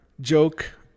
joke